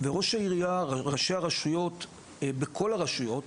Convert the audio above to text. ראשי הרשויות בכל הרשויות,